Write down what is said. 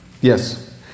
Yes